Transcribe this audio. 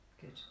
Good